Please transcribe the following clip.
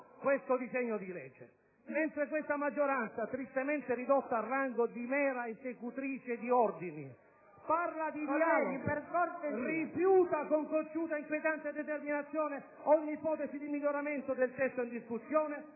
cittadini. Mentre questa maggioranza - tristemente ridotta al rango di mera esecutrice di ordini - parla di dialogo, rifiuta con cocciuta e inquietante determinazione ogni ipotesi di miglioramento del testo in discussione,